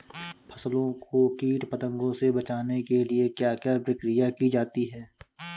फसलों को कीट पतंगों से बचाने के लिए क्या क्या प्रकिर्या की जाती है?